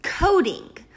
coding